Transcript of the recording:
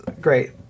great